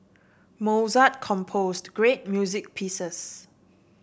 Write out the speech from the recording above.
Mozart composed great music pieces